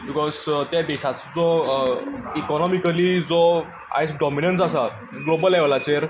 because ते देशाचो जो इकॉनॉमिकली जो आयज डॉमिनन्स आसा ग्लोबल लेव्हलाचेर